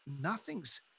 nothing's